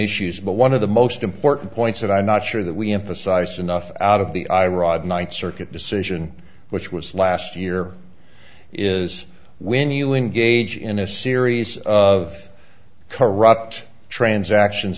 issues but one of the most important points and i'm not sure that we emphasized enough out of the iraq nights circuit decision which was last year is when you engage in a series of corrupt transactions